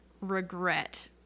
regret